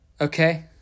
Okay